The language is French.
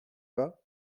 pas